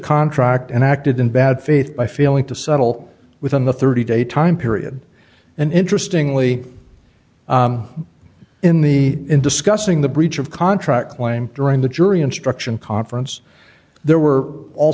contract and acted in bad faith by failing to settle within the thirty day time period and interesting lee in the in discussing the breach of contract claim during the jury instruction conference there were all